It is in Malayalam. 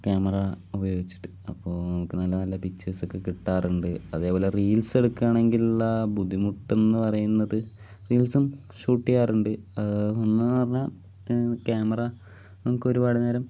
ക്യാമറ ഉപയോഗിച്ചിട്ട് അപ്പോൾ നമുക്ക് നല്ല നല്ല പിക്ചർസ് ഒക്കെ കിട്ടാറുണ്ട് അതേപോലെ റീൽസ് എടുക്കുകയാണെങ്കിലുള്ള ബുദ്ധിമുട്ടെന്ന് പറയുന്നത് റീൽസും ഷൂട്ട് ചെയ്യാറുണ്ട് എന്ന് പറഞ്ഞാൽ ക്യാമറ നമുക്ക് ഒരുപാട് നേരം